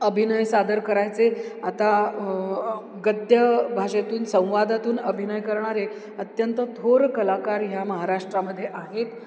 अभिनय सादर करायचे आता गद्य भाषेतून संवादातून अभिनय करणारे अत्यंत थोर कलाकार ह्या महाराष्ट्रामध्ये आहेत